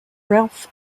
ralph